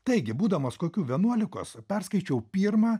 taigi būdamas kokių vienuolikos perskaičiau pirmą